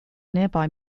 nearby